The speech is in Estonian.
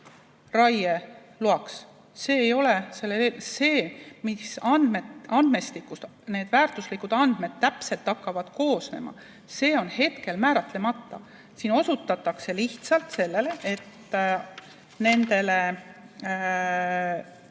raieluba. See ei ole see andmestik. Millest need väärtuslikud andmed hakkavad koosnema, see on hetkel määratlemata. Siin osutatakse lihtsalt sellele, et nende